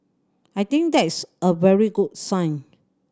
I think that is a very good sign